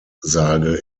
sage